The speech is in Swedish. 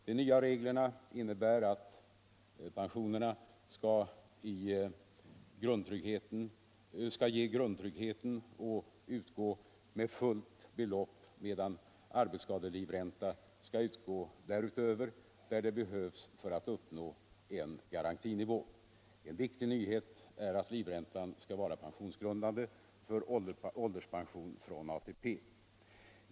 De nya reglerna innebär att pensionerna skall ge grundtryggheten och utgå med fullt belopp medan arbetsskadelivränta skall utgå därutöver där det behövs för att uppnå en garantinivå. En viktig nyhet är att livräntan skall vara pensionsgrundande för ålderspension från ATP.